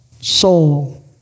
soul